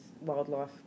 wildlife